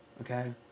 Okay